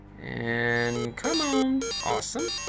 and come on. awesome.